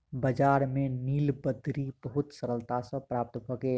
बजार में नीलबदरी बहुत सरलता सॅ प्राप्त भ गेल